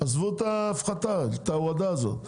עזבו את ההפחתה, את ההורדה הזאת.